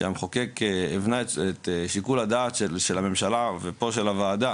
שהמחוקק הבנה את שיקול הדעת של הממשלה ופה של הוועדה